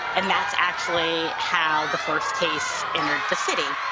and that's actually how the first case entered the city.